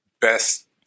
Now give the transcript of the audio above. best